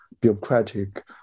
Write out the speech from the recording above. bureaucratic